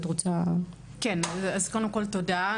אז קודם כל תודה.